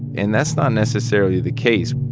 and that's not necessarily the case